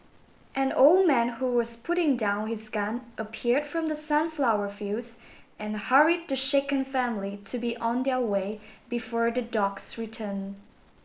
an old man who was putting down his gun appeared from the sunflower fields and hurried the shaken family to be on their way before the dogs return